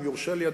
אם יורשה לי,